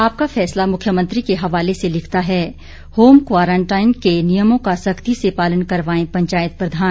आपका फैसला मुख्यमंत्री के हवाले से लिखता है होम क्वारंटाइन के नियमों का सख्ती से पालन करवाएं पंचायत प्रधान